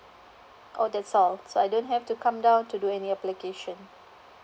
oh that's all so I don't have to come down to do any application